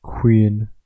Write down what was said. Queen